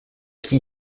qui